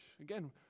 Again